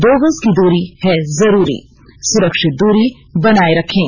दो गज की दूरी है जरूरी सुरक्षित दूरी बनाए रखें